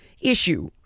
issue